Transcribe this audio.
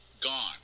gone